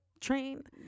trained